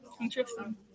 Interesting